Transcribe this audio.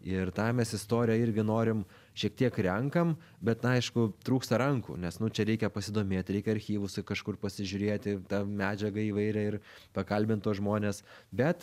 ir tą mes istoriją irgi norim šiek tiek renkam bet na aišku trūksta rankų nes nu čia reikia pasidomėti reikia archyvuose kažkur pasižiūrėti tą medžiagą įvairią ir pakalbint tuos žmones bet